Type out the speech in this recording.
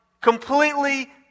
completely